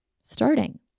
starting